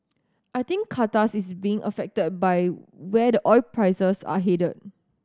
I think Qantas is being affected by where the oil prices are headed